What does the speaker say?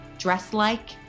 dress-like